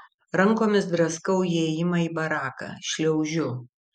rankomis draskau įėjimą į baraką šliaužiu